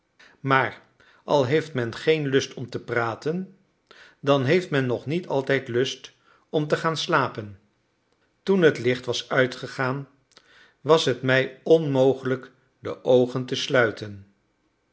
maar al heeft men geen lust om te praten dan heeft men nog niet altijd lust om te gaan slapen toen het licht was uitgegaan was het mij onmogelijk de oogen te sluiten